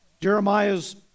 Jeremiah's